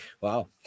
Wow